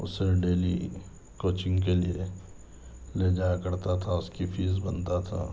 اسے daily coaching کے لئے لے جایا کرتا تھا اس کی فیس بنتا تھا